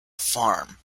farm